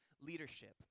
leadership